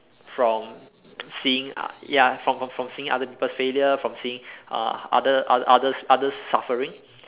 from seeing ya from from seeing other peoples' failure from seeing uh other uh others' others' suffering